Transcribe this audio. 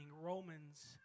Romans